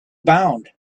bound